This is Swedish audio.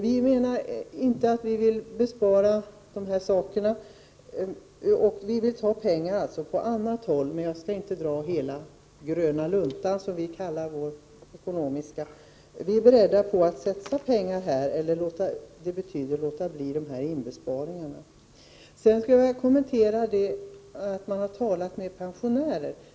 Vi menar inte att vi skall spara in de här sakerna. Vi vill alltså ta pengar på annat håll, men jag skall inte dra hela ”gröna luntan”, som vi kallar vårt ekonomiska förslag. Vi är beredda att satsa pengar här, vilket betyder att vi vill låta bli dessa inbesparingar. Sedan vill jag kommentera detta att man har talat med pensionärer.